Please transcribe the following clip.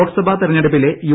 ലോക്സഭ തിരഞ്ഞെടുപ്പിലെ യു